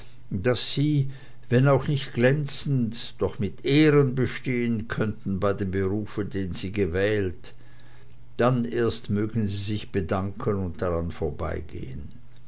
daß sie wenn auch nicht glänzend doch mit ehren bestehen könnten bei dem berufe den sie gewählt dann erst mögen sie sich bedanken und daran vorbeigehen